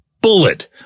bullet